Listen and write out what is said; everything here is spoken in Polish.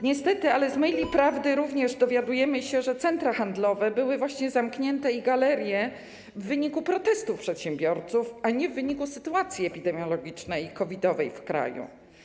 Niestety, ale z e-maili prawdy również dowiadujemy się, że centra handlowe i galerie były zamknięte właśnie w wyniku protestów przedsiębiorców, a nie w wyniku sytuacji epidemiologicznej i COVID-owej w kraju.